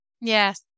Yes